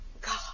God